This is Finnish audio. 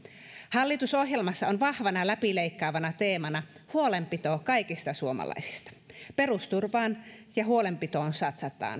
hallitusohjelmassa on vahvana läpileikkaavana teemana huolenpito kaikista suomalaisista perusturvaan ja huolenpitoon satsataan